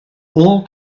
all